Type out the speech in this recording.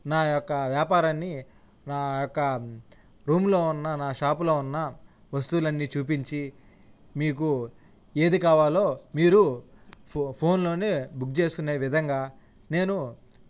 నా యొక్క వ్యాపారాన్ని నా యొక్క రూమ్లో ఉన్న నా షాపులో ఉన్న వస్తువులన్నీ చూపించి మీకు ఏది కావాలో మీరు ఫోన్ ఫోన్లోనే బుక్ చేసుకునే విధంగా నేను